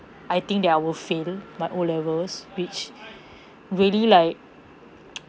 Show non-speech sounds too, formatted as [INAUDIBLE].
I think that I will fail my O levels which really like [NOISE]